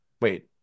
Wait